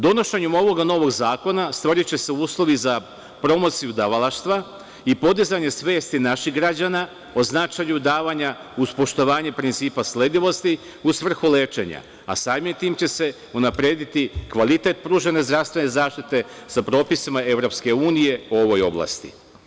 Donošenjem ovog novog zakona stvoriće se uslovi za promociju davalaštva i podizanje svesti naših građana o značaju davanje uz poštovanje principa sledivosti u svrhu lečenja, a samim tim će se unaprediti kvalitet pružene zdravstvene zaštite sa propisima EU o ovoj oblasti.